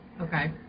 okay